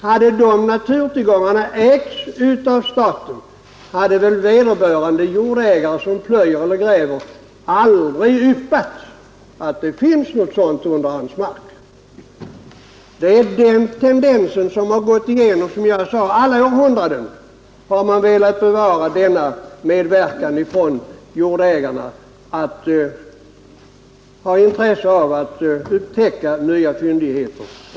Om de naturtillgångarna ägts av staten, hade väl vederbörande jordägare som plöjer eller gräver aldrig yppat att det fanns sådana värden under hans mark. Som jag sade, har man i alla århundraden velat bevara jordägarnas intresse av att upptäcka nya fyndigheter.